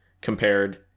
compared